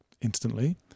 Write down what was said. instantly